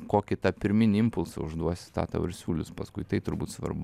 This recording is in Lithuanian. kokį tą pirminį impulsą užduosi tą tau ir siūlys paskui tai turbūt svarbu